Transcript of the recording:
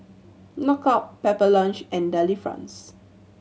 Knockout Pepper Lunch and Delifrance